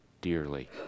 dearly